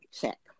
check